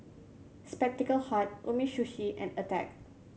Spectacle Hut Umisushi and Attack